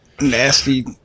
nasty